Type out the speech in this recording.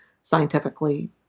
scientifically